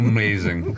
Amazing